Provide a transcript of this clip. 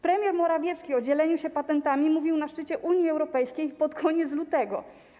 Premier Morawiecki o dzieleniu się patentami mówił na szczycie Unii Europejskiej pod koniec lutego.